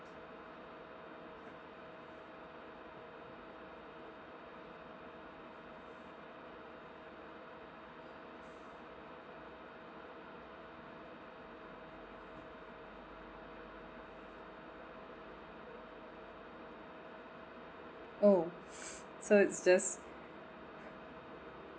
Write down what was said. oh so it just